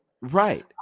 Right